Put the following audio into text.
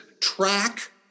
track